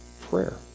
prayer